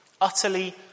Utterly